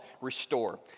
Restore